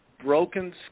broken